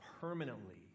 permanently